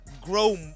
Grow